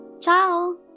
Ciao